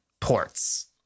ports